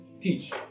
teach